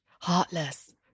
heartless